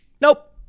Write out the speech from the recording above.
nope